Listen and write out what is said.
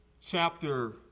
chapter